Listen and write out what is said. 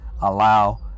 allow